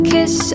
Kiss